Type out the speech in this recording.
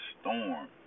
storm